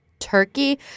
turkey